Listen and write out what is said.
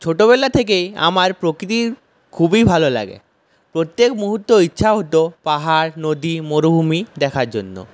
ছোটবেলা থেকেই আমার প্রকৃতির খুবই ভালো লাগে প্রত্যেক মুহূর্ত ইচ্ছা হতো পাহাড় নদী মরুভূমি দেখার জন্য